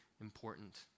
important